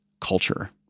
culture